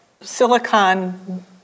silicon